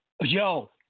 Yo